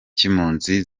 cy’impunzi